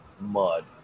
mud